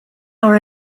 are